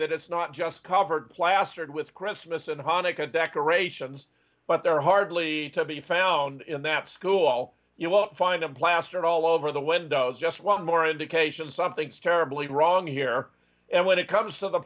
that it's not just covered plastered with christmas and hanukkah decorations but they're hardly to be found in that school you won't find them plastered all over the windows just one more indication something's terribly wrong here and when it comes to the